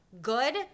Good